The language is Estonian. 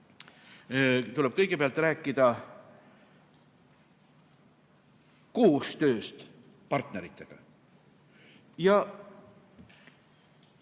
tuleb kõigepealt rääkida koostööst partneritega.